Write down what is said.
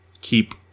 keep